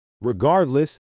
Regardless